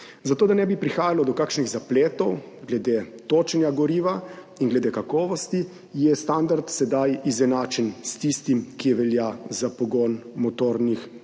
Zato da ne bi prihajalo do kakšnih zapletov glede točenja goriva in glede kakovosti, je standard sedaj izenačen s tistim, ki velja za pogon motornih vozil.